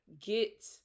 get